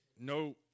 no